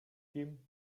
him